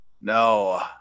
No